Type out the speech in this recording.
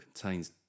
Contains